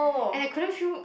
and I couldn't feel